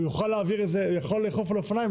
הוא יכול לאכוף על אופניים,